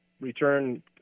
return